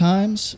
Times